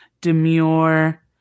demure